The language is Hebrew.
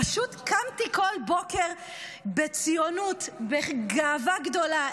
פשוט קמתי כל בוקר בציונות, בגאווה גדולה.